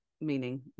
meaning